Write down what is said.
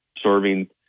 serving